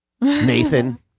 nathan